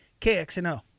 KXNO